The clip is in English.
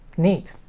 neat.